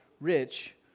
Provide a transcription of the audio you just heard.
rich